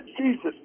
Jesus